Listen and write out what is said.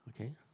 okay